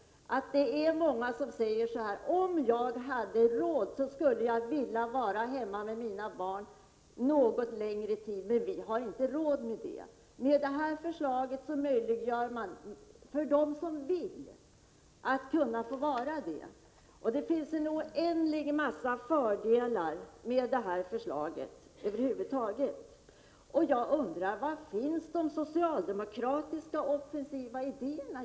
Många säger så här: Om jag hade råd skulle jag vilja vara hemma med mina barn något längre tid, men vi har inte råd med det. Med detta förslag möjliggör man för dem som vill att kunna vara hemma med sina barn. Det finns oerhört många fördelar med detta förslag över huvud taget. Jag undrar: Var finns egentligen de socialdemokratiska offensiva idéerna?